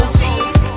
cheese